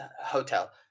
hotel